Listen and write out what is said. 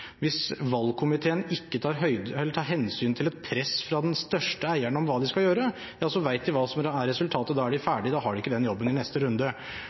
Hvis valgkomiteen ikke tar hensyn til et press fra den største eieren om hva de skal gjøre, ja, så vet de hva som er resultatet, da er de ferdige, da har de ikke den jobben i neste runde.